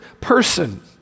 person